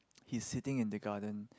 he's sitting in the garden